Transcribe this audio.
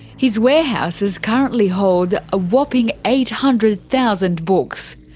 his warehouses currently hold a whopping eight hundred thousand books.